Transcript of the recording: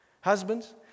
Husbands